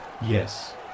yes